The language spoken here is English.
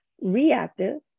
reactive